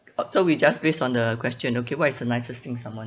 oh so we just based on the question okay what is the nicest thing someone